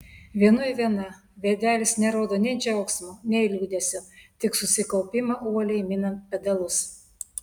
vienui viena veidelis nerodo nei džiaugsmo nei liūdesio tik susikaupimą uoliai minant pedalus